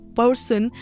person